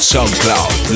SoundCloud